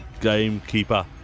gamekeeper